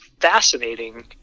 fascinating